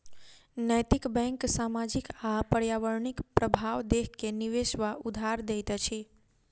नैतिक बैंक सामाजिक आ पर्यावरणिक प्रभाव देख के निवेश वा उधार दैत अछि